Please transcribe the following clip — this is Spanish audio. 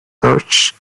dodge